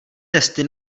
testy